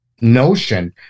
notion